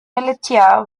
militia